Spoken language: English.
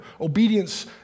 Obedience